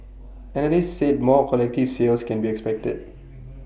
analysts said more collective sales can be expected